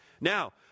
Now